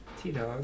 T-Dog